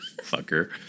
Fucker